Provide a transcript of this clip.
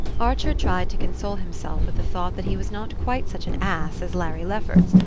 archer tried to console himself with the thought that he was not quite such an ass as larry lefferts,